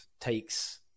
takes